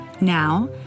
Now